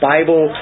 Bible